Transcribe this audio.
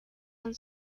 han